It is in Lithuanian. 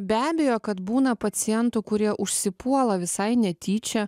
be abejo kad būna pacientų kurie užsipuola visai netyčia